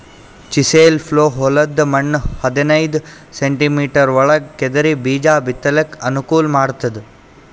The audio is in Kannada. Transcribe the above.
ಚಿಸೆಲ್ ಪ್ಲೊ ಹೊಲದ್ದ್ ಮಣ್ಣ್ ಹದನೈದ್ ಸೆಂಟಿಮೀಟರ್ ಒಳಗ್ ಕೆದರಿ ಬೀಜಾ ಬಿತ್ತಲಕ್ ಅನುಕೂಲ್ ಮಾಡ್ತದ್